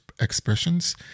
expressions